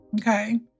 Okay